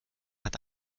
hat